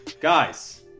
guys